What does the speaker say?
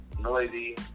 noisy